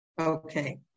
Okay